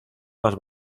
más